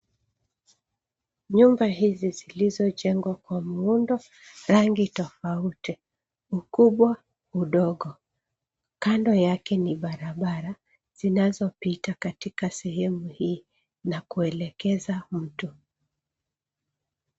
Nyumba hizi zilizojengwa kwa muundo, rangi tofauti, ukubwa, udogo. Kando yake ni barabara zinazopita katika sehemu hii na kuelekeza mtu.